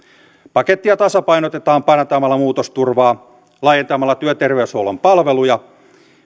pakettia tasapainotetaan parantamalla muutosturvaa laajentamalla työterveyshuollon palveluja